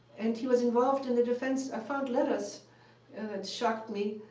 and he was involved in the defense i found letters, it shocked me.